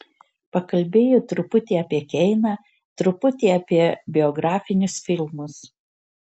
pakalbėjo truputį apie keiną truputį apie biografinius filmus